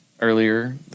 earlier